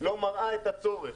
לא מראה את הצורך.